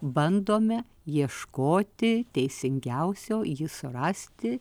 bandome ieškoti teisingiausio jį surasti